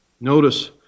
Notice